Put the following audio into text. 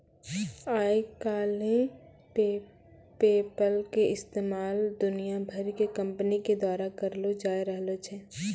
आइ काल्हि पेपल के इस्तेमाल दुनिया भरि के कंपनी के द्वारा करलो जाय रहलो छै